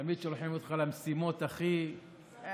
תמיד שולחים אותך למשימות, נופל.